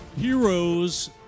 Heroes